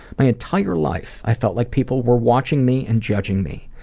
my entire life i felt like people were watching me and judging me.